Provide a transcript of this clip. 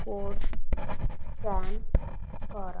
code scan କର